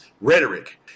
rhetoric